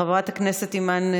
חברת הכנסת אימאן